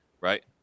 right